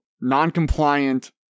non-compliant